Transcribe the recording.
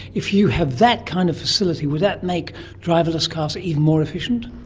if you have that kind of facility, would that make driverless cars even more efficient?